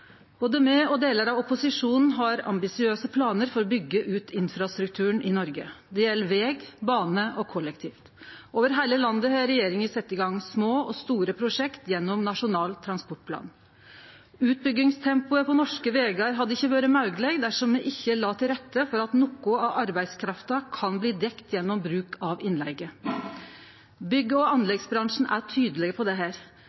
Både me og delar av opposisjonen har ambisiøse planar for å byggje ut infrastrukturen i Noreg. Det gjeld veg, bane og kollektiv. Over heile landet har regjeringa sett i gang små og store prosjekt gjennom Nasjonal transportplan. Utbyggingstempoet på norske vegar hadde ikkje vore mogleg dersom me ikkje la til rette for at noko av arbeidskrafta kan bli dekt gjennom bruk av innleige. Bygg- og anleggsbransjen er tydeleg på dette. Det